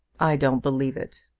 i don't believe it!